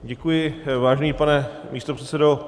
Děkuji, vážený pane místopředsedo.